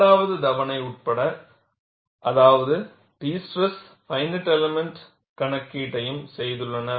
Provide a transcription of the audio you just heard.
இரண்டாவது தவணை உட்பட அதாவது டி ஸ்ட்ரெஸ் உள்ளிட்ட பைனைட் எலிமெண்ட் கணக்கீட்டையும் செய்துள்ளனர்